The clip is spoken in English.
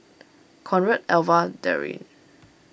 Conrad Alva Darrin